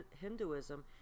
Hinduism